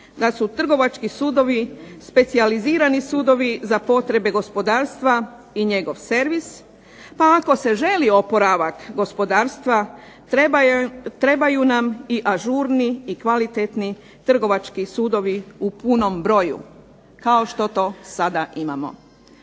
da su trgovački sudovi specijalizirani sudovi za potrebe gospodarstva i njegov servis, pa ako se želi oporavak gospodarstva, trebaju nam i ažurni i kvalitetni trgovački sudovi u punom broju, kao što to sada imamo.